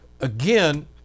again